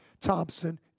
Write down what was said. Thompson